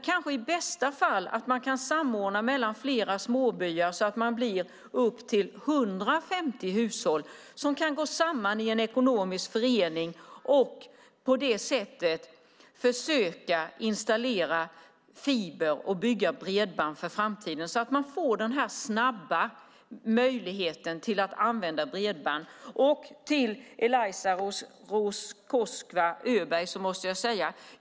I bästa fall kan kanske flera småbyar samordna så att de blir upp till 150 hushåll som kan gå samman i en ekonomisk förening och försöka installera fiber och få snabbt bredband i framtiden.